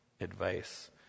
advice